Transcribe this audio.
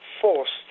forced